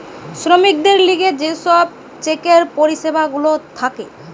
শ্রমিকদের লিগে যে সব চেকের পরিষেবা গুলা থাকে